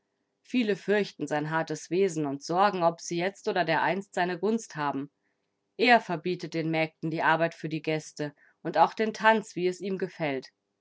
viele fürchten sein hartes wesen und sorgen ob sie jetzt oder dereinst seine gunst haben er verbietet den mägden die arbeit für die gäste und auch den tanz wie es ihm gefällt